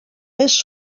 més